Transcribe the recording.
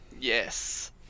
Yes